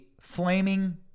flaming